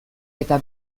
eta